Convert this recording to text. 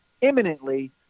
imminently